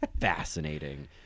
fascinating